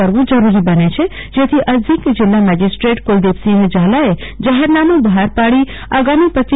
કરવું જરૂરી બને છેજેથી અધકિ જલિલા મેજસિટ્રટ કુલદીપસંહિ ઝાલાએ જાહેરનામું બહાર પાડી આગામી તારપ